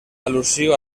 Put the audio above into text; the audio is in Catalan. al·lusiu